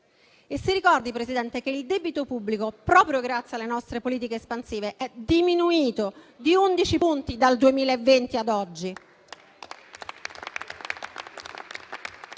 ricordi che il debito pubblico, proprio grazie alle nostre politiche espansive, è diminuito di 11 punti, dal 2020 ad oggi.